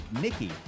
Nikki